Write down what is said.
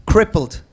Crippled